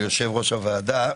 ליושב-ראש הוועדה.